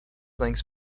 links